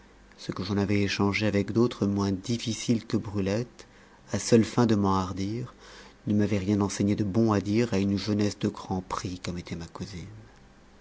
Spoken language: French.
ce que j'en avais échangé avec d'autres moins difficiles que brulette à seules fins de m'enhardir ne m'avait rien enseigné de bon à dire à une jeunesse de grand prix comme était ma